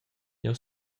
jeu